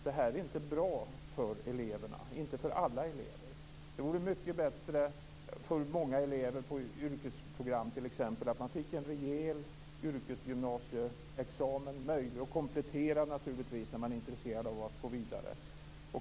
Det här är inte bra för eleverna - inte för alla elever. Det vore mycket bättre för många elever på t.ex. yrkesprogram att få en rejäl yrkesgymnasieexamen, naturligtvis möjlig att komplettera när man är intresserad av att gå vidare.